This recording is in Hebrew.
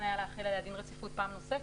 היה להחיל עליה דין רציפות פעם נוספת,